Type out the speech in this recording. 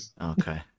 Okay